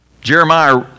Jeremiah